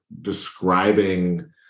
describing